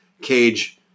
cage